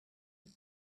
you